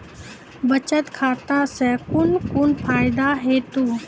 बचत खाता सऽ कून कून फायदा हेतु?